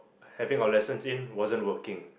having our lessons in wasn't working